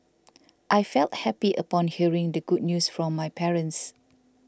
I felt happy upon hearing the good news from my parents